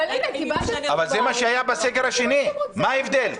מה ההבדל?